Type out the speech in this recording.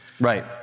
Right